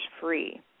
free